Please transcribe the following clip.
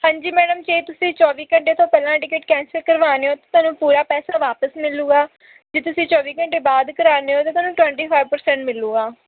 ਹਾਂਜੀ ਮੈਡਮ ਜੇ ਤੁਸੀਂ ਚੌਵੀ ਘੰਟੇ ਤੋਂ ਪਹਿਲਾਂ ਟਿਕਟ ਕੈਂਸਲ ਕਰਵਾਉਂਦੇ ਹੋ ਤੁਹਾਨੂੰ ਪੂਰਾ ਪੈਸਾ ਵਾਪਸ ਮਿਲੇਗਾ ਜੇ ਤੁਸੀਂ ਚੌਵੀ ਘੰਟੇ ਬਾਅਦ ਕਰਵਾਉਂਦੇ ਹੋ ਤਾਂ ਤੁਹਾਨੂੰ ਟਵੇਂਟੀ ਫਾਈਵ ਪਰਸੇਂਟ ਮਿਲੇਗਾ